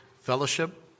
fellowship